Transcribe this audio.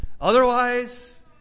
Otherwise